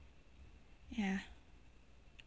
ya